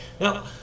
Now